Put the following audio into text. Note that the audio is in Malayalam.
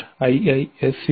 iisctagmail